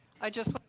i just